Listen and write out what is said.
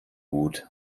gut